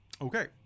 Okay